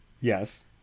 Yes